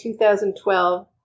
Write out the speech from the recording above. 2012